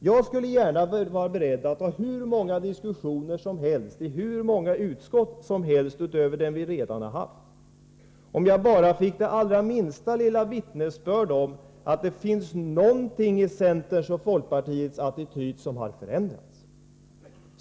Jag skulle gärna vara beredd att ta hur många diskussioner som helst i hur många utskott som helst om jag bara fick det allra minsta lilla vittnesbörd om att det finns någonting i centerns och folkpartiets attityd som har förändrats.